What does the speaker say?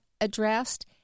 addressed